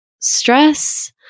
stress